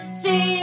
see